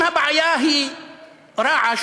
אם הבעיה היא רעש,